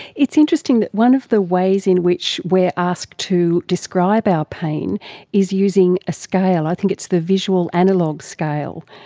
it's interesting that one of the ways in which we are asked to describe our pain is using a scale, i think it's the visual analogue scale,